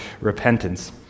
repentance